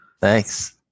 Thanks